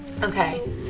Okay